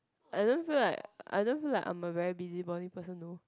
I don't feel like I don't feel like I am a very busybody person though